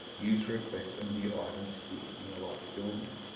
use to request and view items here in the library building.